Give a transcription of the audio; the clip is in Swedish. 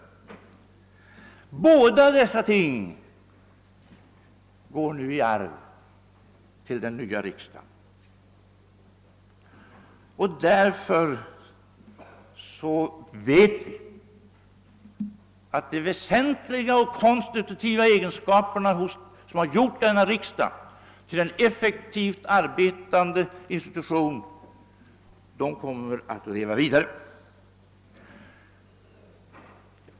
Båda dessa företeelser går nu i arv till den nya riksdagen. Därför vet vi att de väsentliga och konstitutiva inslag, som gjort tvåkammarriksdagen till en effektivt arbetande institution, kommer att leva vidare.